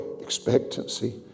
expectancy